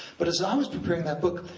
but as i was preparing that book,